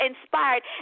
inspired